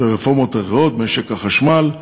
ורפורמות אחרות, משק החשמל,